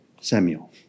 Samuel